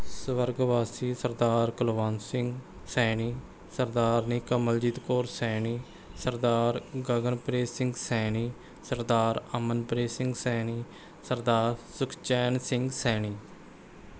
ਸਵਰਗਵਾਸੀ Sardar Kulwant Singh Saini Sardarni Kamaljeet Kaur Saini Sardar Gaganpreet Singh Saini Sardar Amanpreet Singh Saini Sardar Sukhchain Singh Saini